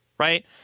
Right